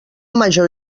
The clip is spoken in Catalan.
major